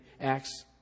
Acts